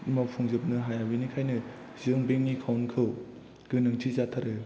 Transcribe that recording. मावफुंजोबनो हाया बेनिखायनो जों बेंक एकाउन्ट खौ गोनांथि जाथारो